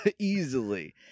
easily